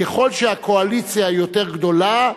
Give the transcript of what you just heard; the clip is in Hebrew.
ככל שהקואליציה יותר גדולה,